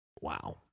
Wow